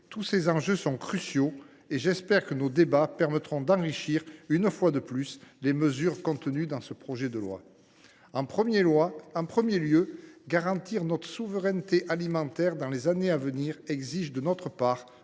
tous ces enjeux sont cruciaux et j’espère que nos débats permettront d’enrichir, une fois de plus, les mesures contenues dans ce texte. En premier lieu, garantir notre souveraineté alimentaire dans les années à venir exige de notre part,